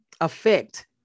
affect